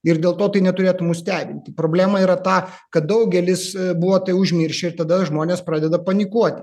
ir dėl to tai neturėtų mus stebinti problema yra ta kad daugelis buvo tai užmiršę ir tada žmonės pradeda panikuoti